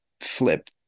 flip